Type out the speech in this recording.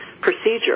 procedure